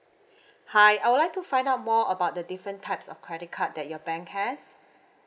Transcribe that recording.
hi I would like to find out more about the different types of credit card that your bank has